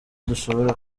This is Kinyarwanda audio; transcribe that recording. dushobora